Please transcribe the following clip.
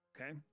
Okay